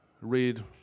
read